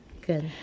Good